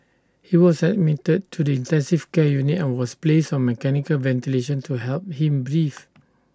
he was admitted to the intensive care unit and was placed on mechanical ventilation to help him breathe